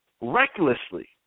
recklessly